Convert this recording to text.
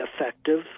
effective